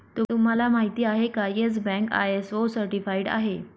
तुम्हाला माहिती आहे का, येस बँक आय.एस.ओ सर्टिफाइड आहे